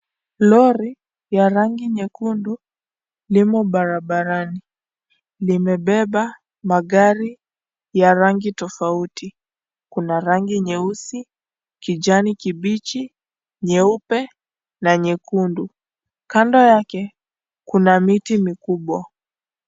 Lori ya rangi nyekundu limo barabarani, limebeba magari ya rangi tofauti. Kuna rangi nyeusi, kijani kibichi, nyeupe na nyekundu. Kando yake Kuna miti mikubwa.